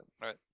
right